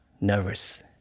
nervous